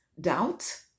doubt